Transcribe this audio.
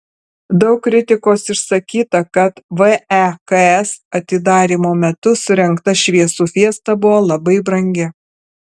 daug kritikos išsakyta kad veks atidarymo metu surengta šviesų fiesta buvo labai brangi